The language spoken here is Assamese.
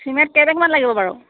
চিমেণ্ট কেই বেগমান লাগিব বাৰু